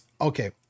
okay